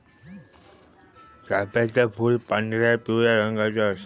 चाफ्याचा फूल पांढरा, पिवळ्या रंगाचा असता